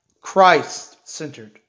Christ-centered